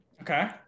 Okay